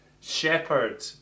shepherd